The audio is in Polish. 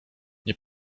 nie